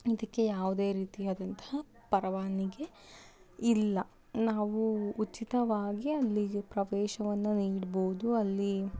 ಇದಕ್ಕೆ ಯಾವುದೇ ರೀತಿಯಾದಂಥ ಪರವಾನಗಿ ಇಲ್ಲ ನಾವು ಉಚಿತವಾಗಿ ಅಲ್ಲಿಗೆ ಪ್ರವೇಶವನ್ನು ನೀಡಬಹುದು ಅಲ್ಲಿ